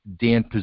Dan